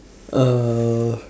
uh